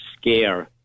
scare